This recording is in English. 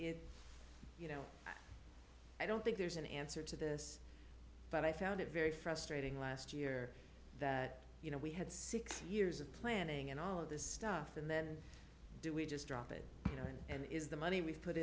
f you know i don't think there's an answer to this but i found it very frustrating last year that you know we had six years of planning and all of this stuff and then do we just drop it you know and is the money we've put